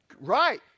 right